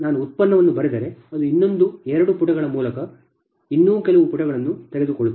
ನಾನು ಉತ್ಪನ್ನವನ್ನು ಬರೆದರೆ ಅದು ಇನ್ನೊಂದು 2 ಪುಟಗಳ ಮೂಲಕ ಇನ್ನೂ ಕೆಲವು ಪುಟಗಳನ್ನು ತೆಗೆದುಕೊಳ್ಳುತ್ತದೆ